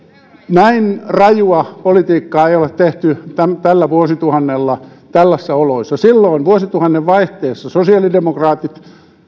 näin rajua politiikkaa ei ole tehty tällä vuosituhannella tällaisissa oloissa vuosituhannen vaihteessa sosiaalidemokraatit